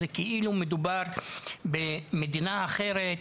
זה כאילו מדובר במדינה אחרת ,